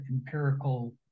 empirical